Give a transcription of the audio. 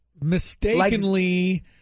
mistakenly